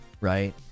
right